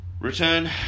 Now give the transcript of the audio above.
return